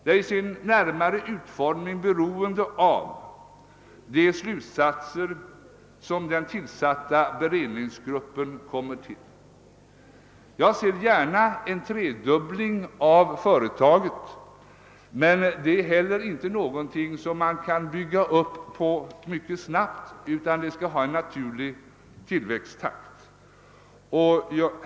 De är till sin närmare utformning beroende av de slutsatser som den tillsatta beredningsgruppen kommer till. Jag ser gärna en tredubbling av företaget, men det är inte någonting som man kan bygga upp mycket snart, utan tillväxttakten måste vara gradvis.